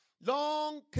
Long